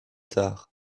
tard